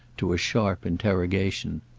to a sharp interrogation.